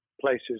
places